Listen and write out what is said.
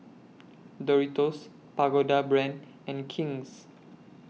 Doritos Pagoda Brand and King's